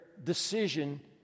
decision